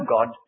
God